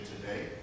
today